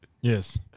Yes